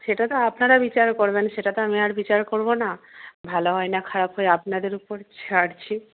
সেটা তো আপনারা বিচার করবেন সেটা তো আমি আর বিচার করব না ভালো হয় না খারাপ হয় আপনাদের উপর ছাড়ছি